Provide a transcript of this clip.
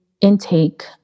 intake